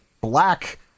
black